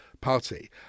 party